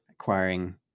acquiring